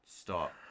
Stop